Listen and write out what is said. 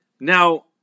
Now